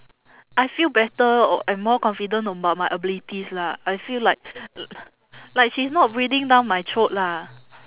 I feel better and more confident about my abilities lah I feel like l~ like she's not breathing down my throat lah